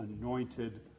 anointed